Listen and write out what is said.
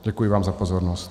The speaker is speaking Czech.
Děkuji vám za pozornost.